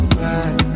back